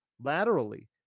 laterally